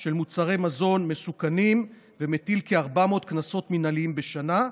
של מוצרי מזון מסוכנים ומטיל כ-400 קנסות מינהליים בשנה,